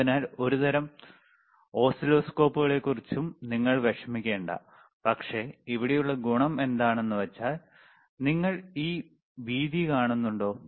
അതിനാൽ ഒരുതരം ഓസിലോസ്കോപ്പുകളെ ക്കുറിച്ച് നിങ്ങൾ വിഷമിക്കേണ്ട പക്ഷേ ഇവിടെയുള്ള ഗുണം എന്താണെന്നുവെച്ചാൽ നിങ്ങൾ ഈ വീതി കാണുന്നുണ്ടോ